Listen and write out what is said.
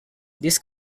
these